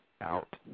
out